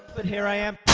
but here i am